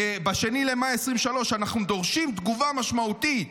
ב-2 במאי 2023: אנחנו דורשים תגובה משמעותית.